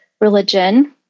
religion